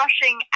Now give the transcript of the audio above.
rushing